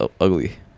ugly